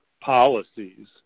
policies